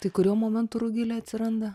tai kuriuo momentu rugilė atsiranda